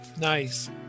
Nice